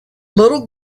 little